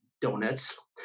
donuts